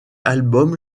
album